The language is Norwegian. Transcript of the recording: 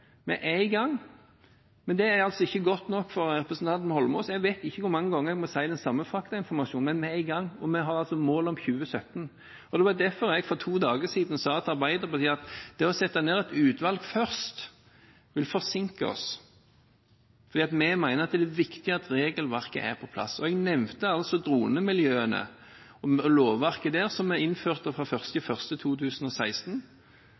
vi i gang. Det er faktisk vi som har tatt initiativet til det, men det er ikke godt nok for representanten Eidsvoll Holmås. Jeg vet ikke hvor mange ganger jeg må gi den samme faktainformasjonen. Vi er i gang og har 2017 som mål. Derfor sa jeg for to dager siden til Arbeiderpartiet at det å sette ned et utvalg først vil forsinke oss, fordi vi mener det er viktig at regelverket er på plass. Jeg nevnte dronemiljøene og lovverket der som vi innførte fra